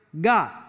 God